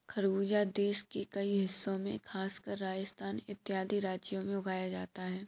खरबूजा देश के कई हिस्सों में खासकर राजस्थान इत्यादि राज्यों में उगाया जाता है